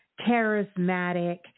charismatic